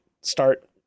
start